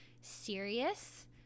serious